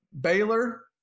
Baylor